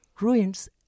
ruins